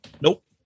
Nope